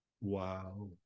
Wow